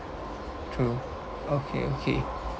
true okay okay